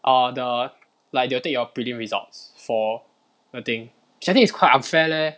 err the like they'll take your prelim results for the thing actually it's quite unfair leh